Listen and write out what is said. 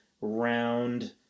round